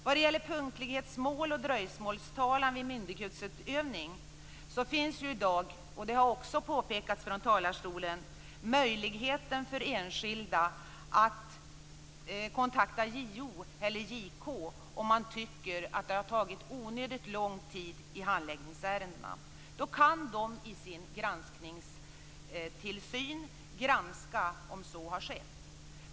Vad gäller punktlighetsmål och dröjsmålstalan vid myndighetsutövning finns i dag - det har också påpekats från talarstolen - möjligheten för enskilda att kontakta JO eller JK om man tycker att det har tagit onödigt lång tid i handläggningsärendena. Då kan de i sin tillsyn granska om så har skett.